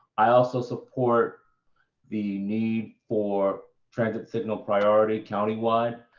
i also support the need for private signal priority countywide.